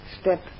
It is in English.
step